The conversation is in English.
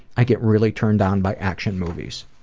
i get really turned on by action movies.